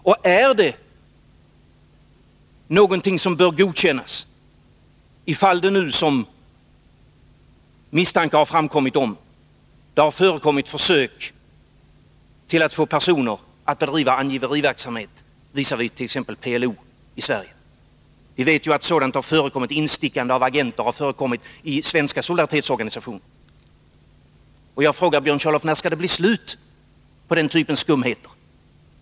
Och ifall det nu, som det har framkommit misstanke om, har förekommit försök att få personer att bedriva angiveriverksamhet visavi t.ex. PLO i Sverige, är det då någonting som bör godkännas? Vi vet att det har förekommit instickande av agenter i svenska solidaritetsorganisationer, och jag frågar Björn Körlof: När skall det bli slut på den typen av skumheter?